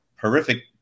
horrific